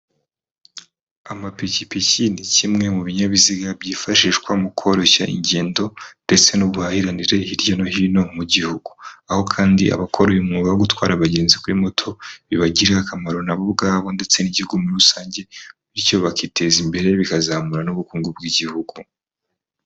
Amapikipiki ni kimwe mu binyabiziga byifashishwa mu koroshya ingendo ndetse n'ubuhahiranire hirya no hino mu gihugu. Aho kandi abakora uyu mwuga wo gutwara abagenzi kuri moto bibagirira akamaro nabo ubwabo ndetse n'igihugu muri rusange bityo bakiteza imbere bikazamura n'ubukungu bw'igihugu.